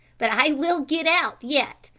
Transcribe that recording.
but i will get out yet,